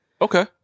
Okay